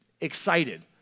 excited